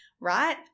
right